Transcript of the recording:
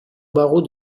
barreau